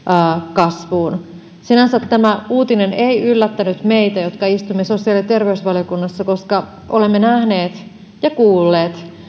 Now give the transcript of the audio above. kasvuun sinänsä tämä uutinen ei yllättänyt meitä jotka istumme sosiaali ja terveysvaliokunnassa koska olemme nähneet ja kuulleet